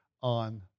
on